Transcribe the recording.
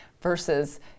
versus